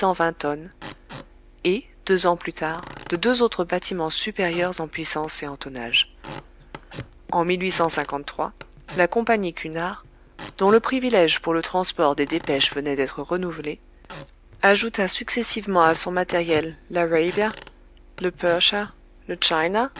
vingt tonnes et deux ans plus tard de deux autres bâtiments supérieurs en puissance et en tonnage en la compagnie cunard dont le privilège pour le transport des dépêches venait d'être renouvelé ajouta successivement à son matériel l'arabia le persia le china